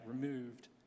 removed